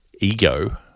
ego